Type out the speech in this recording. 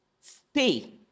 stay